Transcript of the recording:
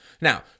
Now